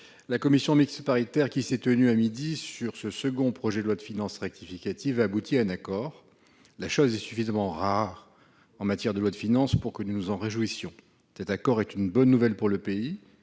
la commission mixte paritaire qui s'est tenue à midi sur ce deuxième projet de loi de finances rectificative a abouti à un accord. La chose est suffisamment rare en matière de loi de finances pour que nous nous en réjouissions. Cet accord est une bonne nouvelle pour le pays